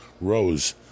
Rose